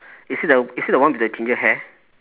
is he the is he the one with the ginger hair